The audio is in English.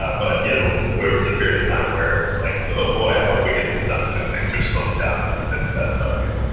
ah but you know where it was a period of time where it's like, oh, boy! i hope we get this done, because things are slowing down and and that's not good.